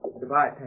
Goodbye